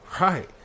Right